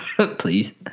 Please